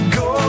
go